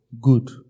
Good